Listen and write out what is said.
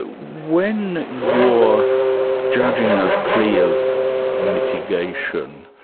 when you're judging a plea of mitigation,